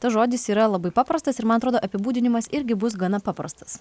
tas žodis yra labai paprastas ir man atrodo apibūdinimas irgi bus gana paprastas